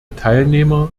teilnehmer